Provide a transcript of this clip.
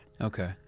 Okay